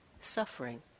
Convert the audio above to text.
suffering